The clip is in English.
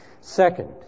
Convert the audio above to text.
Second